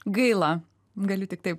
gaila galiu tik taip